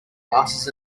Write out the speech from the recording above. glasses